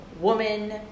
woman